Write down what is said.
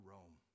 Rome